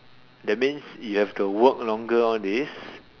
that means you have to work longer all this